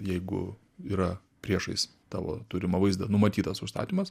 jeigu yra priešais tavo turimą vaizdą numatytas užstatymas